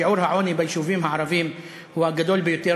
שיעור העוני ביישובים הערביים הוא הגדול ביותר.